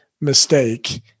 mistake